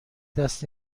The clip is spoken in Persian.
دست